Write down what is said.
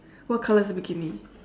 what color is the bikini